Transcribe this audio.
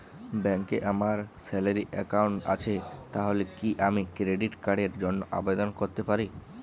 ব্যাংকে আমার salary account আছে তাহলে কি আমি ক্রেডিট কার্ড র জন্য আবেদন করতে পারি?